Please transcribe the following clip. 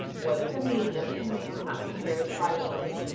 what is the meaning of the command not to marry privately?